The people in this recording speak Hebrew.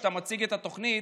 כשאתה מציג את התוכנית,